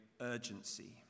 urgency